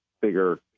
bigger